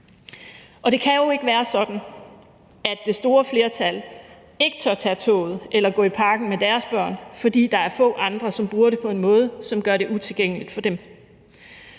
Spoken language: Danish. det kan jo ikke være sådan, at det store flertal ikke tør tage toget eller gå i parken med deres børn, fordi der er få andre, som bruger området på en måde, som gør det utilgængeligt for dem.